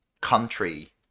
country